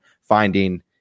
finding